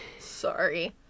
Sorry